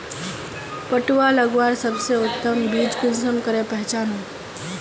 पटुआ लगवार सबसे उत्तम बीज कुंसम करे पहचानूम?